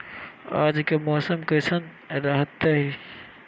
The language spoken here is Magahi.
आज के मौसम कैसन रहताई?